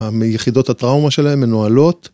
היחידות הטראומה שלהן מנוהלות